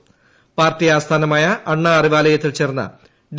പ്രകാർട്ടി ആസ്ഥാനമായ അണ്ണാ അറിവാലയത്തിൽ ചേർന്ന ഡി